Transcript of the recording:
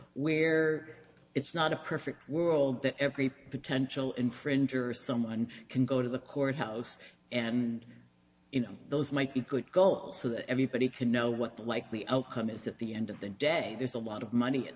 where it's not a perfect world that every potential infringer someone can go to the courthouse and you know those might be good goals so that everybody can know what the likely outcome is at the end of the day there's a lot of money